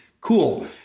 Cool